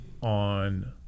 on